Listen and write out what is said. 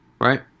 Right